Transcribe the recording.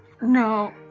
No